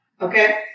Okay